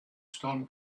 storm